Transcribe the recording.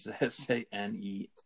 S-A-N-E